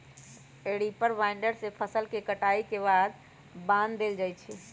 reaper binder से फसल के कटाई के बाद बान देल जाई छई